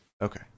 Okay